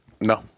No